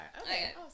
Okay